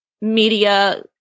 media